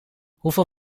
hoeveel